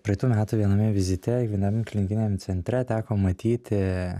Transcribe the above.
praeitų metų viename vizite vienam klinikiniam centre teko matyti